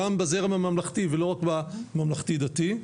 גם בזרם הממלכתי ולא רק בממלכתי דתי,